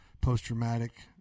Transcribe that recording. post-traumatic